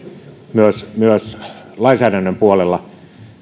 myös myös lainsäädännön puolella